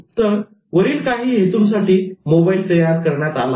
तर वरील काही हेतूंसाठी मोबाईल तयार करण्यात आला आहे